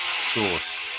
source